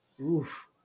oof